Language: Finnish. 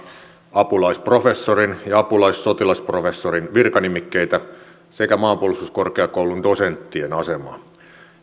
apulaisprofessorin ja apulaissotilasprofessorin virkanimikkeitä sekä maanpuolustuskorkeakoulun dosenttien asemaa